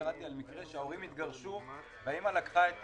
קראתי על מקרה שההורים התגרשו והאימא לקחה את